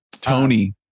Tony